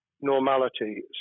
normality